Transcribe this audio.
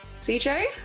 CJ